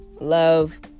love